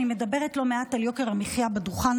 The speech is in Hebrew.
אני מדברת לא מעט על יוקר המחיה מעל הדוכן